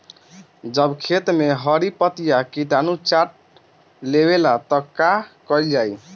जब खेत मे हरी पतीया किटानु चाट लेवेला तऽ का कईल जाई?